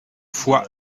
foix